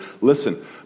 Listen